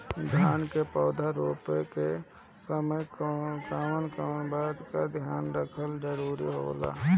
धान के पौधा रोप के समय कउन कउन बात के ध्यान रखल जरूरी होला?